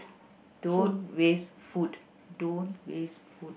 don't waste food don't waste food